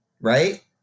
right